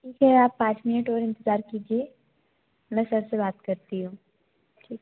ठीक है आप पाँच मिनट और इंतज़ार कीजिए मैं सर से बात करती हूँ ठीक